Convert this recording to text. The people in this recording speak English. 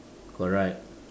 correct